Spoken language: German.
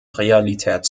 realität